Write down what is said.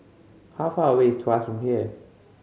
how far away is Tuas from here